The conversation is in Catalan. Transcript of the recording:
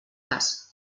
cas